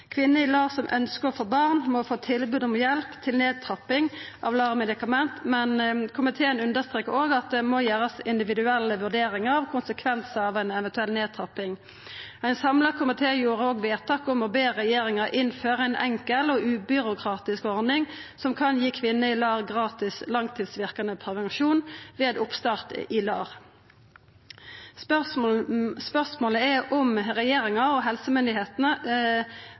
Kvinner i LAR som ønskjer å få barn, må få tilbod om hjelp til nedtrapping av LAR-medikament, men komiteen understrekar òg at det må gjerast individuelle vurderingar av konsekvensar av ei eventuell nedtrapping. Ein samla komité gjorde òg vedtak om å be regjeringa innføra ei enkel og ubyråkratisk ordning som kan gi kvinnene i LAR gratis langtidsverkande prevensjon ved oppstart i LAR. Spørsmålet er kva regjeringa og helsemyndigheitene